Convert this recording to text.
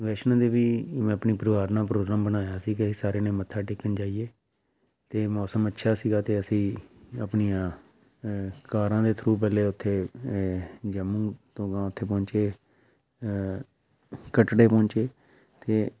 ਵੈਸ਼ਨੋ ਦੇਵੀ ਮੈਂ ਆਪਣੇ ਪਰਿਵਾਰ ਨਾਲ ਪ੍ਰੋਗਰਾਮ ਬਣਾਇਆ ਸੀਗਾ ਅਸੀਂ ਸਾਰਿਆਂ ਨੇ ਮੱਥਾ ਟੇਕਣ ਜਾਈਏ ਅਤੇ ਮੌਸਮ ਅੱਛਾ ਸੀਗਾ ਅਤੇ ਅਸੀਂ ਆਪਣੀਆਂ ਕਾਰਾਂ ਦੇ ਥਰੂ ਪਹਿਲੇ ਉੱਥੇ ਜੰਮੂ ਤੋਂ ਗਾਹਾਂ ਉੱਥੇ ਪਹੁੰਚੇ ਕੱਟੜੇ ਪਹੁੰਚੇ ਅਤੇ